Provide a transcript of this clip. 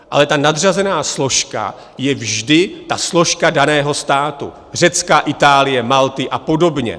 Ale ta nadřazená složka je vždy ta složka daného státu Řecka, Itálie, Malty a podobně.